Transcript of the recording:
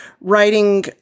writing